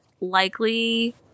likely